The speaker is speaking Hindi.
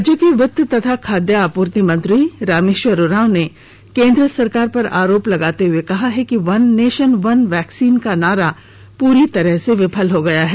राज्य के वित्त तथा खाद्य आपूर्ति मंत्री रामेश्वर उरांव ने केंद्र सरकार पर आरोप लगाते हुए कहा है कि वन नेशन वन वैक्सीन का नारा पूरी तरह से विफल हो गया है